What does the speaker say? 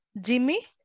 Jimmy